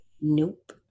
Nope